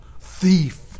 thief